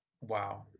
wow